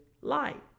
light